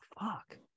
fuck